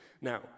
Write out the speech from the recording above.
Now